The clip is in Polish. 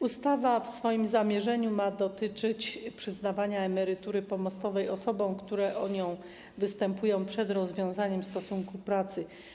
Ustawa w swoim zamierzeniu ma dotyczyć przyznawania emerytury pomostowej osobom, które o nią występują przed rozwiązaniem stosunku pracy.